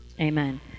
Amen